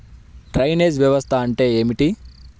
Drainage వ్యవస్థ అంటే ఏమిటి?